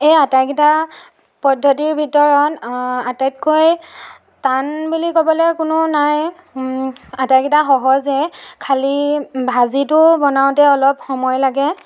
এই আটাইকেইটা পদ্ধতিৰ ভিতৰত আটাইতকৈ টান বুলি ক'বলৈ কোনো নাই আটাইকেইটা সহজেই খালি ভাজিটো বনাওঁতে অলপ সময় লাগে